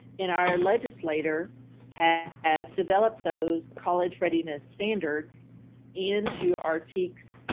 and our legislature have developed those college readiness standards into our teks.